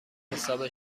حساب